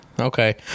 Okay